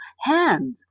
hand